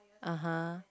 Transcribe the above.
(uh huh)